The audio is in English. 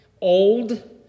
old